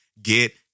Get